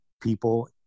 people